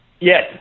Yes